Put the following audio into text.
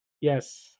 yes